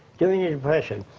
during the depression,